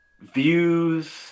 views